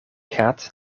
gaat